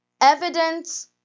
Evidence